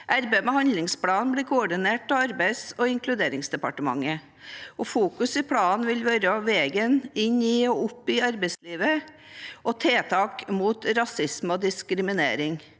med handlingsplanen blir koordinert med Arbeids- og inkluderingsdepartementet, og fokuset i planen vil være veien inn i og opp i arbeidslivet og tiltak mot rasisme og diskriminering.